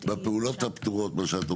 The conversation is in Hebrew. בפעולות הפטורות, מה שאת אומרת,